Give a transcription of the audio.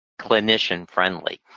clinician-friendly